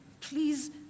please